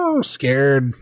scared